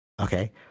Okay